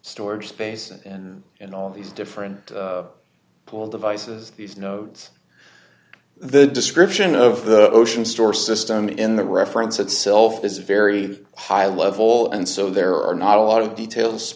storage space and all these different pull devices these nodes the description of the ocean store system in the reference itself is a very high level and so there are not a lot of details